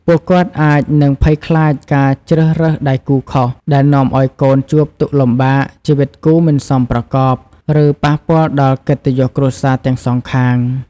ពួកគាត់អាចនឹងភ័យខ្លាចការជ្រើសរើសដៃគូខុស ដែលនាំឱ្យកូនជួបទុក្ខលំបាក ជីវិតគូមិនសមប្រកប ឬប៉ះពាល់ដល់កិត្តិយសគ្រួសារទាំងសងខាង។